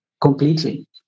completely